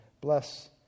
bless